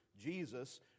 Jesus